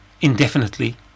indefinitely